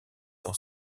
dans